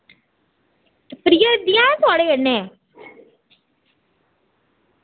ते प्रिया दीदी हैन थुआढ़े कन्नै